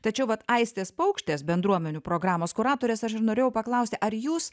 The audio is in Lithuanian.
tačiau vat aistės paukštės bendruomenių programos kuratorės aš ir norėjau paklausti ar jūs